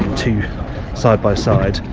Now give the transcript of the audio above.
two side-by-side,